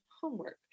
homework